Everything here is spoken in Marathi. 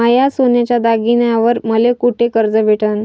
माया सोन्याच्या दागिन्यांइवर मले कुठे कर्ज भेटन?